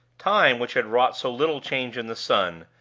time, which had wrought so little change in the son,